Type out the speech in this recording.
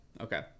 okay